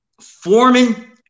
Foreman